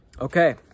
Okay